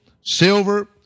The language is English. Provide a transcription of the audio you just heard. silver